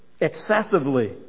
excessively